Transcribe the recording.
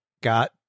got